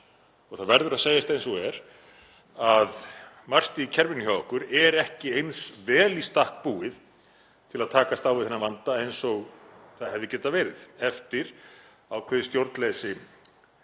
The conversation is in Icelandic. Það verður að segjast eins og er að margt í kerfinu hjá okkur er ekki eins vel í stakk búið til að takast á við þennan vanda eins og það hefði getað verið eftir ákveðið stjórnleysi